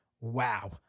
wow